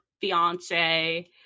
fiance